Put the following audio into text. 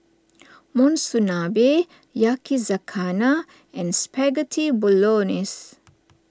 Monsunabe Yakizakana and Spaghetti Bolognese